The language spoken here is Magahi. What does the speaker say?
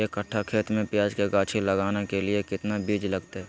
एक कट्ठा खेत में प्याज के गाछी लगाना के लिए कितना बिज लगतय?